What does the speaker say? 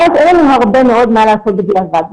ואז אין לנו הרבה מאוד מה לעשות בדיעבד.